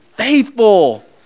Faithful